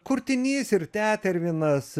kurtinys ir tetervinas